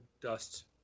dust